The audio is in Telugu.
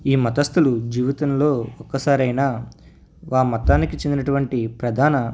ఈ మతస్థులు జీవితంలో ఒక్కసారైనా ఆ మతానికి చెందినటువంటి ప్రధాన